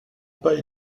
pas